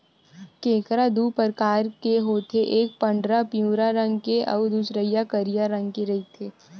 केंकरा दू परकार होथे एक पंडरा पिंवरा रंग के अउ दूसरइया करिया रंग के रहिथे